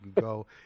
go